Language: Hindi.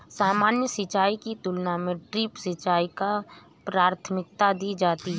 सामान्य सिंचाई की तुलना में ड्रिप सिंचाई को प्राथमिकता दी जाती है